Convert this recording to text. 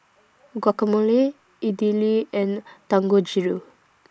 Guacamole Idili and Dangojiru